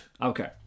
Okay